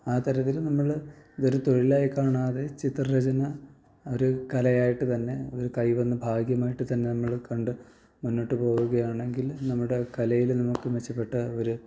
ആ തരത്തില് നമ്മള് ഇതൊരു തൊഴിലായി കാണാതെ ചിത്ര രചന ഒരു കലയായിട്ട് തന്നെ ഒരു കൈ വന്ന ഭാഗ്യമായിട്ട് തന്നെ നമ്മള് കണ്ട് മുന്നോട്ട് പോവുകയാണെങ്കില് നമ്മുടെ കലയില് നമുക്ക് മെച്ചപ്പെട്ട ഒരു